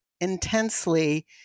intensely